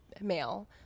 male